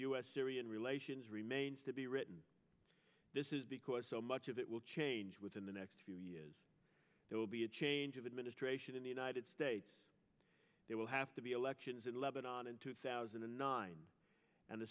us syrian relations remains to be written this is because so much of it will change within the next few years there will be a change of administration in the united states there will have to be elections in lebanon in two thousand and nine and the